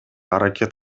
аракет